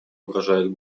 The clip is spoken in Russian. угрожают